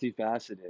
multifaceted